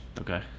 Okay